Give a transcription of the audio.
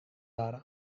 ara